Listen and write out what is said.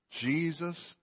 Jesus